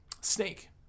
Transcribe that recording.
snake